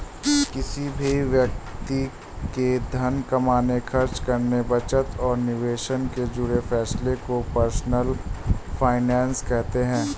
किसी भी व्यक्ति के धन कमाने, खर्च करने, बचत और निवेश से जुड़े फैसलों को पर्सनल फाइनैन्स कहते हैं